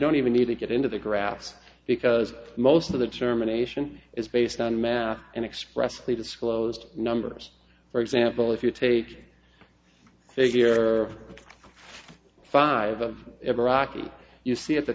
don't even need to get into the grass because most of the germination is based on math and expressly disclosed numbers for example if you take your five iraqi you see at the